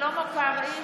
שלמה קרעי,